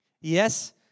yes